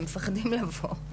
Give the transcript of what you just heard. הם מפחדים לבוא.